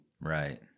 Right